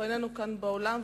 הוא איננו כאן באולם.